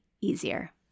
easier